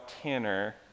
Tanner